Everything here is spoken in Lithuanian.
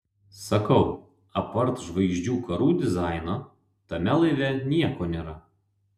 sakau apart žvaigždžių karų dizaino tame laive nieko nėra